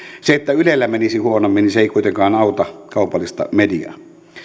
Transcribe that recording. se että ylellä menisi huonommin ei kuitenkaan auttaisi kaupallista mediaa